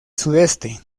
sudeste